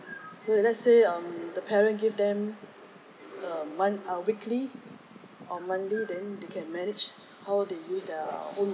so let's say um the parent give them a month um weekly or monthly then they can manage how they use their own